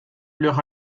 leur